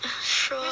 sure